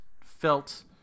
felt